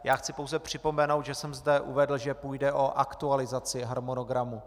Já chci pouze připomenout, že jsem zde uvedl, že půjde o aktualizaci harmonogramu.